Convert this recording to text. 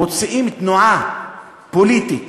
מוציאים תנועה פוליטית